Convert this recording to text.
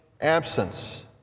absence